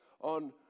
on